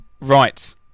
right